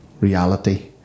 reality